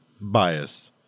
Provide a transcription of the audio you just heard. bias